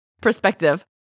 perspective